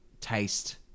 Taste